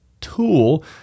tool